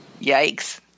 Yikes